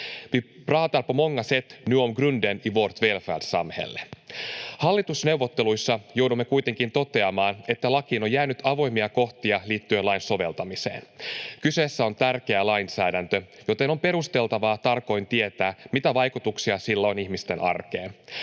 Vi pratar på många sätt nu om grunden i vårt välfärdssamhälle. Hallitusneuvotteluissa jouduimme kuitenkin toteamaan, että lakiin on jäänyt avoimia kohtia liittyen lain soveltamiseen. Kyseessä on tärkeä lainsäädäntö, joten on perusteltavaa tarkoin tietää, mitä vaikutuksia sillä on ihmisten arkeen.